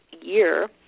year